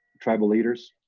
tribal leaders.